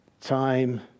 time